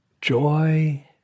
Joy